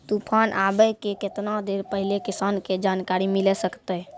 तूफान आबय के केतना देर पहिले किसान के जानकारी मिले सकते?